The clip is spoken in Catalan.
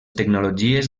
tecnologies